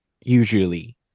usually